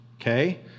okay